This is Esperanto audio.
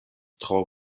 tro